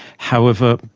however,